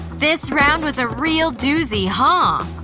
this round was a real doozie, huh?